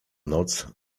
noc